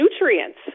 nutrients